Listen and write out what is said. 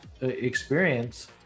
experience